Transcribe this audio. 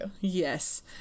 Yes